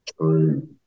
true